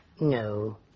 No